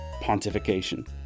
pontification